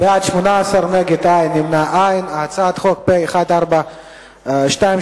להעביר את הצעת חוק התכנון והבנייה (תיקון,